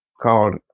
called